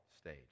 stage